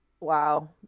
wow